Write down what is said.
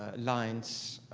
ah lines